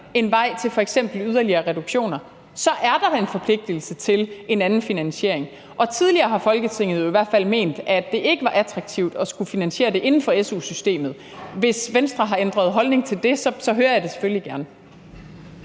en vej til f.eks. yderligere reduktioner, så er der en forpligtigelse til at finde en anden finansiering. Og tidligere har Folketinget jo i hvert fald ment, at det ikke var attraktivt at finansiere det inden for su-systemet. Hvis Venstre har ændret holdning til det, hører jeg det selvfølgelig gerne.